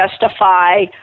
justify